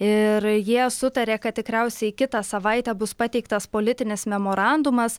ir jie sutarė kad tikriausiai kitą savaitę bus pateiktas politinis memorandumas